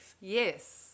Yes